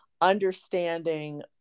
understanding